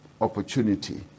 opportunity